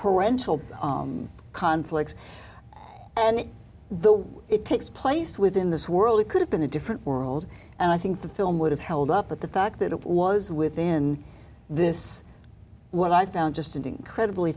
parental conflicts and the it takes place within this world it could have been a different world and i think the film would have held up with the fact that it was within this what i found just an incredibly